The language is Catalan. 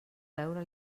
veure